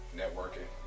networking